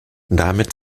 damit